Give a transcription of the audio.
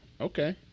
Okay